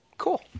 Cool